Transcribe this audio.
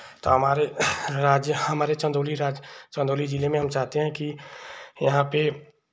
तो हमारे राज्य हमारे चन्दौली राज्य चन्दौली जिले में हम चाहते हैं कि यहाँ पे